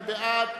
מי בעד?